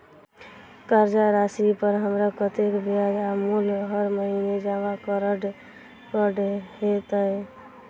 कर्जा राशि पर हमरा कत्तेक ब्याज आ मूल हर महीने जमा करऽ कऽ हेतै?